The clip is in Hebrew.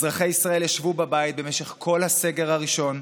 אזרחי ישראל ישבו בבית במשך כל הסגר הראשון,